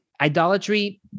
idolatry